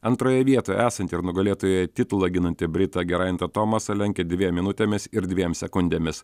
antroje vietoje esantį ir nugalėtojo titulą ginantį britą gerajantą tomasą lenkia dviem minutėmis ir dviem sekundėmis